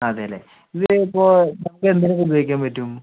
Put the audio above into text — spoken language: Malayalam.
അതെ അല്ലെ ഇത് ഇപ്പൊൾ നമുക്ക് എന്തിന് ഒക്കെ ഉപയോഗിക്കാൻ പറ്റും